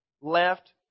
left